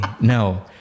No